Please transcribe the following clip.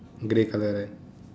grey colour right